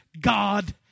God